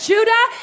Judah